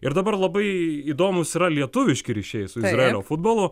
ir dabar labai įdomūs yra lietuviški ryšiai su izraelio futbolu